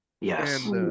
Yes